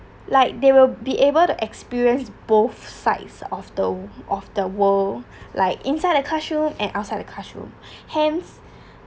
like they will be able to experience both sides of the of the world like inside the classroom and outside the classroom hence